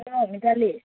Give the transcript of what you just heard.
hello Mitali